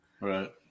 right